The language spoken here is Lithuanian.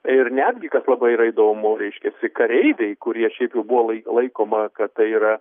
ir netgi kas labai yra įdomu reiškiasi kareiviai kurie šiaip jau buvo laikoma kad tai yra